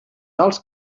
alts